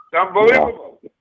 unbelievable